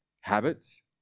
habits